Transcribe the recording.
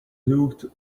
looked